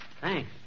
Thanks